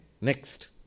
next